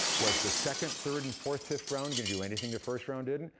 was the second, third, and fourth, fifth round gonna do anything the first round didn't?